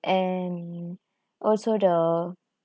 and also the